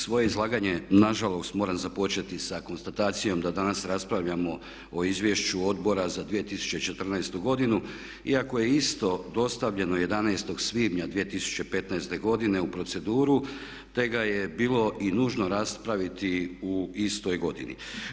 Svoje izlaganje na žalost moram započeti sa konstatacijom da danas raspravljamo o Izvješću Odbora za 2014. godinu iako je isto dostavljeno 11. svibnja 2015. godine u proceduru, te ga je bilo i nužno raspraviti u istoj godini.